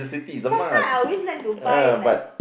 sometime I always like to buy like a